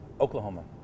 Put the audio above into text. Oklahoma